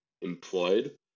employed